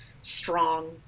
strong